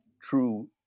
true